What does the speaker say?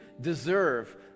Deserve